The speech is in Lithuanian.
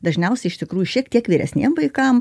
dažniausiai iš tikrųjų šiek tiek vyresniem vaikam